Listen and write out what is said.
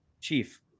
chief